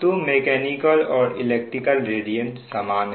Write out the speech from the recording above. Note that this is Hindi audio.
तो मेकैनिकल और इलेक्ट्रिकल रेडिएंट समान है